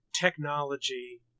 technology